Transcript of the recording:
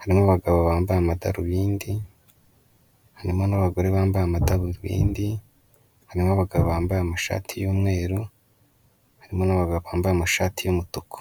harimo abagabo bambaye amadarubindi, harimo n'abagore bambaye amadarubindi, harimo abagabo bambaye amashati y'umweru, harimo n'abagabo bambaye amashati y'umutuku.